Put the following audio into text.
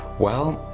well,